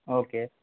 okay